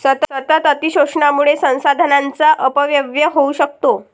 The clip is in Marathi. सतत अतिशोषणामुळे संसाधनांचा अपव्यय होऊ शकतो